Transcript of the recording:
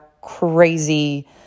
crazy